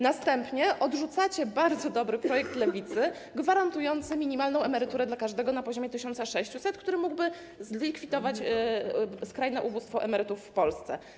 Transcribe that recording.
Następnie odrzucacie bardzo dobry projekt Lewicy gwarantujący minimalną emeryturę dla każdego na poziomie 1600 zł, który pomógłby zlikwidować skrajne ubóstwo emerytów w Polsce.